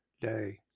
day